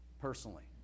personally